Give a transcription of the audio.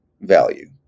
value